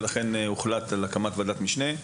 ולכן הוחלט על הקמת ועדת משנה.